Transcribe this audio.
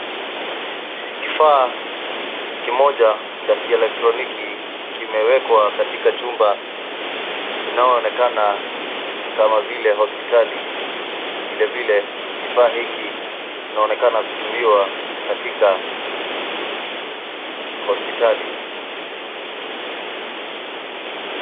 Kifaa kimoja cha kieletroniki kimewekwa katika chumba inayoonekana kama vile hospitali. Vile vile kifaa hiki kinaonekana kutumiwa katika hospitali.